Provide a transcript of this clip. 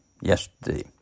yesterday